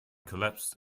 collapsed